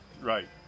Right